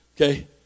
Okay